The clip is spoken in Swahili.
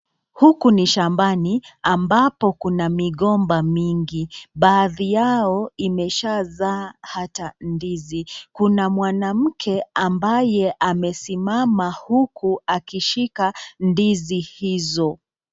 Huku ni shambani ambapo kuna migomba mingi, baadhi yao imeshazaa hata ndizi. Kuna mwanamke ambaye amesimama huku akishika ndizi hizo.